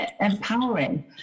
empowering